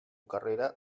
carrera